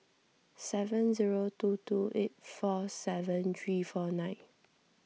seven zero two two eight four seven three four nine